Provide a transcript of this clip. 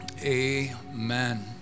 amen